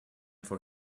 for